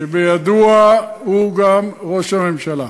שבידוע הוא גם ראש הממשלה.